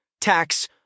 tax